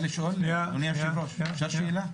אדוני היושב-ראש, אפשר שאלה?